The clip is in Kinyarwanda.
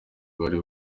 bari